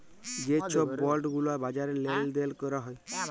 যে ছব বল্ড গুলা বাজারে লেল দেল ক্যরা হ্যয়